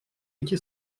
эти